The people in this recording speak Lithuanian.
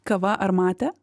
kava ar matė